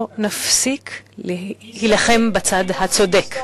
לא נפסיק להילחם בצד הצודק,